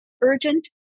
urgent